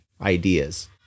ideas